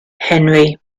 henry